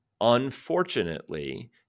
Unfortunately